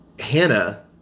Hannah